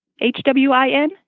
H-W-I-N